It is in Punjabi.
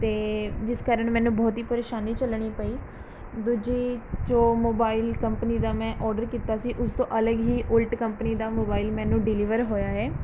ਅਤੇ ਜਿਸ ਕਾਰਨ ਮੈਨੂੰ ਬਹੁਤ ਹੀ ਪਰੇਸ਼ਾਨੀ ਝੱਲਣੀ ਪਈ ਦੂਜੀ ਜੋ ਮੋਬਾਈਲ ਕੰਪਨੀ ਦਾ ਮੈਂ ਔਰਡਰ ਕੀਤਾ ਸੀ ਉਸ ਤੋਂ ਅਲੱਗ ਹੀ ਉਲਟ ਕੰਪਨੀ ਦਾ ਮੋਬਾਈਲ ਮੈਨੂੰ ਡਿਲੀਵਰ ਹੋਇਆ ਹੈ